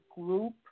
group